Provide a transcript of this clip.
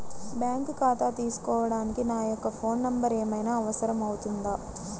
Bank ఖాతా తీసుకోవడానికి నా యొక్క ఫోన్ నెంబర్ ఏమైనా అవసరం అవుతుందా?